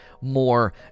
more